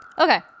okay